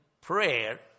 prayer